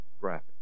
graphic